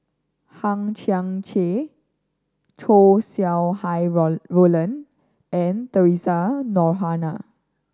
Hang Chang Chieh Chow Sau Hai Roland and Theresa Noronha